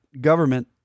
government